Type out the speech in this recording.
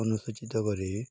ଅନୁସୂଚିତ କରି